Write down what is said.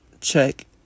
Check